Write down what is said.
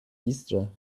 easter